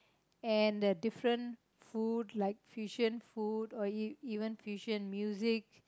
and the different food like fusion food or e~ even fusion music